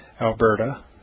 Alberta